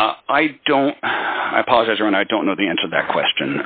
secretary i don't apologize or and i don't know the answer that question